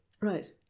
Right